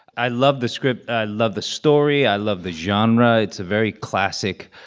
i love the script. i love the story. i love the genre. it's a very classic,